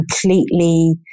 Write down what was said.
completely